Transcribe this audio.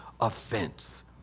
offense